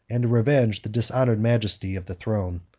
and to revenge the dishonored majesty of the throne.